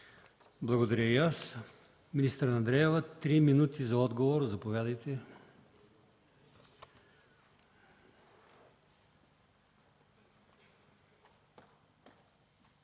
Благодаря и аз. Министър Андреева – три минути за отговор. Заповядайте.